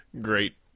Great